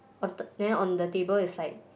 on the then on the table it's like